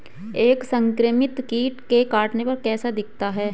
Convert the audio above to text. एक संक्रमित कीट के काटने पर कैसा दिखता है?